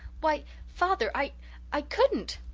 why father i i couldn't!